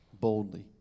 boldly